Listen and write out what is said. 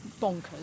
bonkers